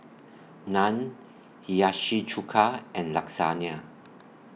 Naan Hiyashi Chuka and Lasagna